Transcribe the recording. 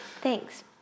Thanks